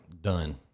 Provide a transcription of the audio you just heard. Done